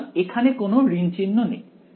সুতরাং এখানে কোনো ঋণ চিহ্ন নেই